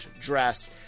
dress